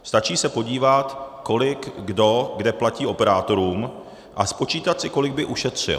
Stačí se podívat, kolik kdo kde platí operátorům, a spočítat si, kolik by ušetřil.